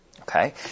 Okay